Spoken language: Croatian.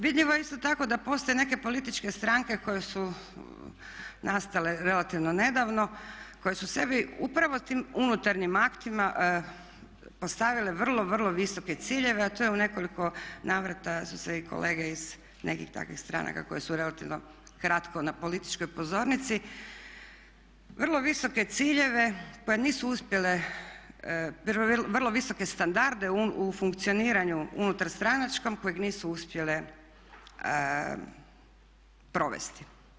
Vidljivo je isto tako da postoje neke političke stranke koje su nastale relativno nedavno, koje su sebi upravo tim unutarnjim aktima postavile vrlo, vrlo visoke ciljeve, a to je u nekoliko navrata su se i kolege iz nekih takvih stranaka koje su relativno kratko na političkoj pozornici vrlo visoke ciljeve, pa nisu uspjele, vrlo visoke standarde u funkcioniranju unutarstranačkom kojeg nisu uspjele provesti.